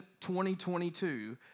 2022